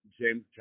James